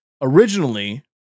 originally